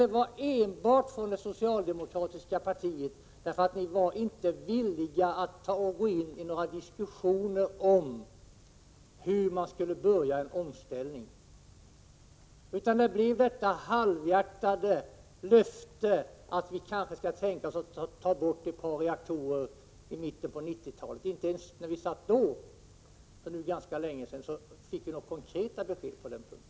Det var enbart socialdemokraternas fel, för socialdemokraterna var inte villiga att gå in i några diskussioner om hur vi skulle kunna börja en omställning. Det blev i stället ett halvhjärtat löfte att de kanske kan tänka sig att ta ett par reaktorer ur drift i mitten av 1990-talet. Inte ens då, och det var ganska länge sedan, fick vi något konkret besked på denna punkt.